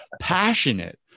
passionate